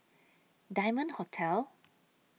Diamond Hotel